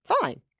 fine